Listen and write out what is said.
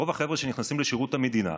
רוב החבר'ה שנכנסים לשירות המדינה,